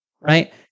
right